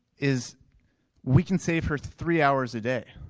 is we can save her three hours a day.